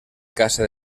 casa